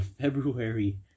February